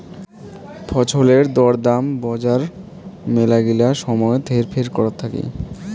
ফছলের দর দাম বজার মেলাগিলা সময়ত হেরফের করত থাকি